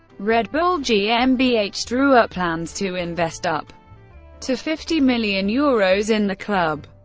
red bull gmbh drew up plans to invest up to fifty million euros in the club.